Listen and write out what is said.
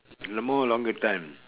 the more longer time